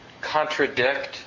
contradict